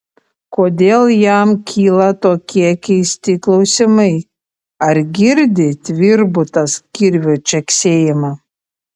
kodėl jam kyla tokie keisti klausimai ar girdi tvirbutas kirvio čeksėjimą